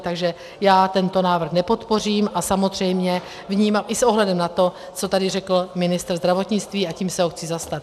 Takže já tento návrh nepodpořím a samozřejmě i s ohledem na to, co tady řekl ministr zdravotnictví, a tím se ho chci zastat.